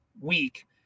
week